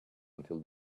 until